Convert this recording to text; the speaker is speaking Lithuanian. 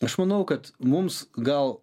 aš manau kad mums gal